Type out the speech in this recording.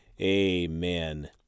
Amen